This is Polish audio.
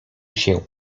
się